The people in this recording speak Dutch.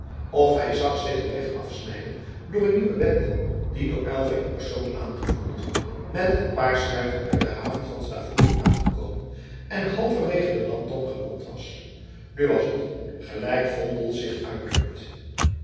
of hij zag zich den weg afsnijden door een nieuwe bende die door aylva in persoon aangevoerd met een paar schuiten uit de haven van stavoren aangekomen en halverwege de landtong geland was nu was het gelijk vondel zich uitdrukt